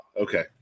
Okay